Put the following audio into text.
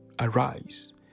arise